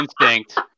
instinct